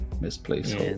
misplaced